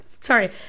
Sorry